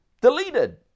deleted